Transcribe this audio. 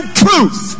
truth